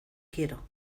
quiero